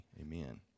Amen